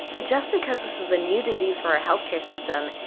so just because this is a new disease for our health care system,